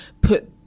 put